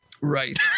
Right